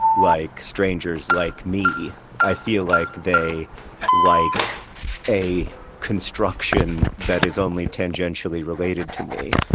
like strangers like me i feel like they like a construction that is only tangentially related to me.